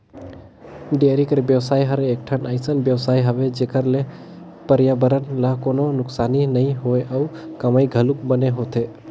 dairy कर बेवसाय हर एकठन अइसन बेवसाय हवे जेखर ले परयाबरन ल कोनों नुकसानी नइ होय अउ कमई घलोक बने होथे